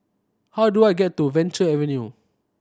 how do I get to Venture Avenue